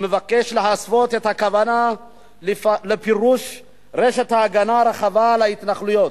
המבקש להסוות את הכוונה לפרוס רשת הגנה רחבה על ההתנחלויות,